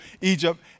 Egypt